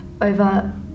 over